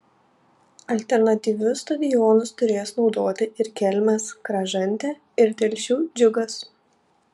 alternatyvius stadionus turės naudoti ir kelmės kražantė ir telšių džiugas